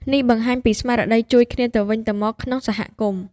នេះបង្ហាញពីស្មារតីជួយគ្នាទៅវិញទៅមកក្នុងសហគមន៍។